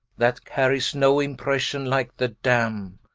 that carryes no impression like the damme.